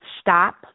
Stop